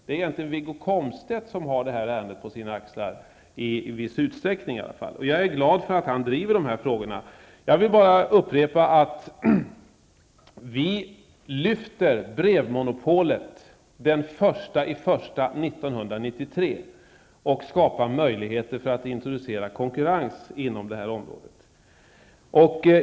Det är egentligen Wiggo Komstedt som har har ärendet på sina axlar, i viss utsträckning i varje fall, och jag är glad för att han driver dessa frågor. Vi lyfter brevmonopolet den 1 januari 1993 och skapar möjligheter för att introducera konkurrens inom detta område.